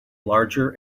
larger